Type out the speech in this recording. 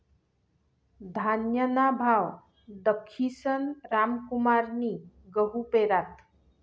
धान्यना भाव दखीसन रामकुमारनी गहू पेरात